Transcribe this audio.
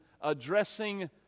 addressing